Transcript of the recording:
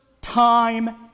time